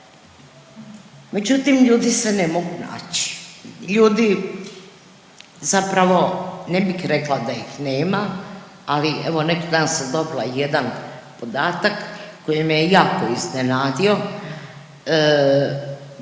međutim, ljudi se ne mogu naći. Ljudi zapravo, ne bih rekla da ih nema, ali evo neki dan sam dobila jedan podatak koji me je jako iznenadio,